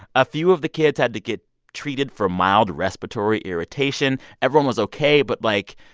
a few of the kids had to get treated for mild respiratory irritation. everyone was ok but, like,